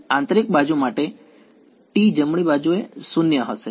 તેથી આંતરિક બાજુ માટે T i જમણી બાજુએ 0 હશે